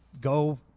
go